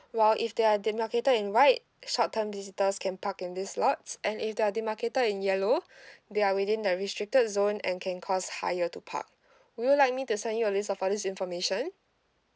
while if they are the marketed in white short term visitors can park in this lots lots and if they're the marketed in yellow they are within the restricted zone and can cost higher to park would you like me to send you a list of all this information